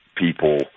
people